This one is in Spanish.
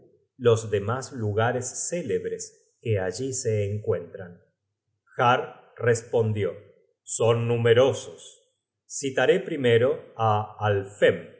los demas lugares célebres que allí se encuentran har respondió son numerosos citaré primero á